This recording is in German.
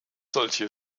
solche